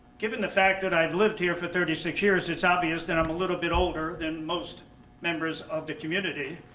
given the fact that i've lived here for thirty six years, it's obvious that i'm a little bit older than most members of the community,